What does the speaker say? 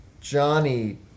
Johnny